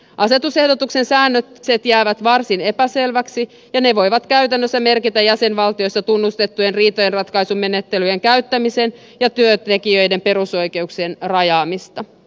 asetusehdotuksen säännökset jäävät varsin epäselviksi ja ne voivat käytännössä merkitä jäsenvaltioissa tunnustettujen riitojenratkaisumenettelyjen käyttämisen ja työntekijöiden perusoikeuksien rajaamista